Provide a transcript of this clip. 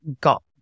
got